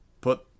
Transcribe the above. put